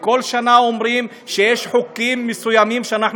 וכל שנה אומרים שיש חוקים מסוימים שאנחנו